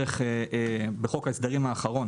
בחוק ההסדרים האחרון